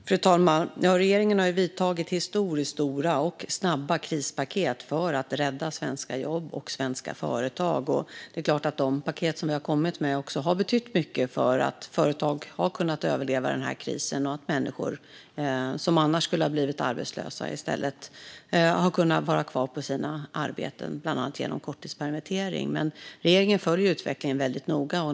Fru talman! Regeringen har antagit historiskt stora och snabba krispaket för att rädda svenska jobb och svenska företag. Det är klart att de paket som vi har kommit med också har betytt mycket för att företag har kunnat överleva den här krisen och för att människor som annars skulle ha blivit arbetslösa i stället har kunnat vara kvar på sina arbeten, bland annat genom korttidspermittering. Regeringen följer utvecklingen väldigt noga.